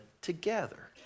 together